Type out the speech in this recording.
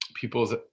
people's